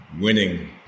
winning